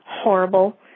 horrible